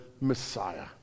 Messiah